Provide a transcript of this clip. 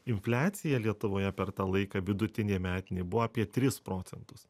infliacija lietuvoje per tą laiką vidutinė metinė buvo apie tris procentus